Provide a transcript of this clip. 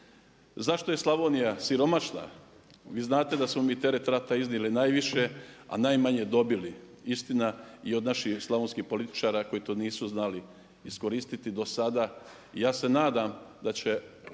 Zašto je Slavonija siromašna? Vi znate da smo mi teret rata iznijeli najviše, a najmanje dobili. Istina i od naših slavonskih političara koji to nisu znali iskoristiti dosada. I ja se nadam da će